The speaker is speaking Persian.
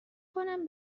کنم